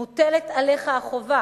מוטלת עליך החובה